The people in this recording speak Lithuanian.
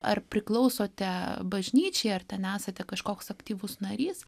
ar priklausote bažnyčiai ar ten esate kažkoks aktyvus narys